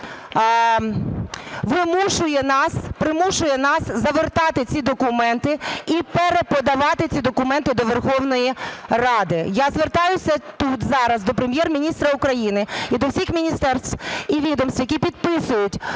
вимушує нас, примушує нас завертати ці документи і переподавати ці документи до Верховної Ради. Я звертаюся тут зараз до Прем’єр-міністра України і до всіх міністерств і відомств, які підписують